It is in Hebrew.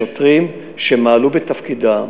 שוטרים שמעלו בתפקידם,